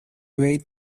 wait